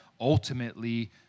ultimately